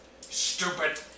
Stupid